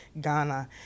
Ghana